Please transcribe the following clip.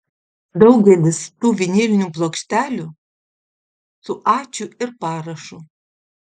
daugelis tų vinilinių plokštelių su ačiū ir parašu